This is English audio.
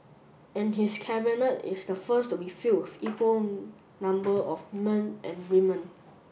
and his Cabinet is the first to be filled with equal number of men and women